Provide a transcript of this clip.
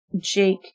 Jake